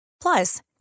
Plus